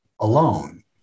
alone